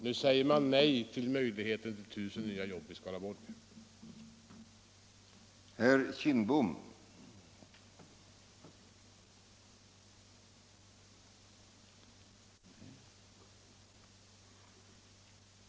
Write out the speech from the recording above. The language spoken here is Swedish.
Nu säger man nej till möjligheten att ordna 1000 nya jobb i Skaraborgs län.